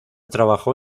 trabajó